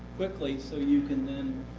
quickly, so you can then